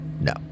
No